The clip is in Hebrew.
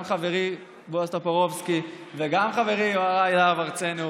גם חברי בועז טופורובסקי וגם חברי יוראי להב הרצנו,